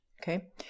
Okay